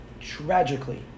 tragically